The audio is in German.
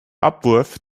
abwurf